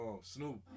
Snoop